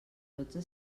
dotze